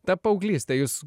ta paauglystė jūs